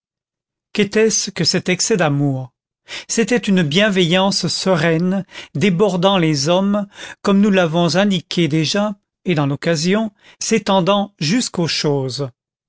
qu'était-ce que cet excès d'amour c'était une bienveillance sereine débordant les hommes comme nous l'avons indiqué déjà et dans l'occasion s'étendant jusqu'aux choses